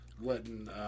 letting